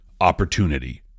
opportunity